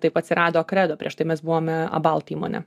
taip atsirado okredo prieš tai mes buvome abalt įmonė